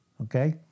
Okay